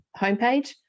homepage